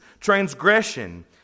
Transgression